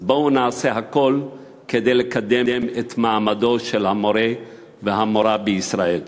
אז בואו נעשה הכול כדי לקדם את מעמדם של המורה והמורָה בישראל.